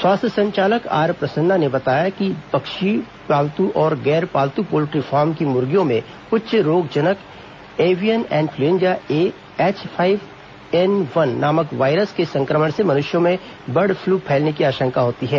स्वास्थ्य संचालक आर प्रसन्ना ने बताया है कि पक्षियों पालतू और गैर पालतू पोल्ट्री फॉर्म की मुर्गियों में उच्च रोगजनक avian influenza A H five N one नामक वायरस के संक्रमण से मनुष्यों में बर्ड फ्लू फैलने की आशंका होती है